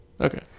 okay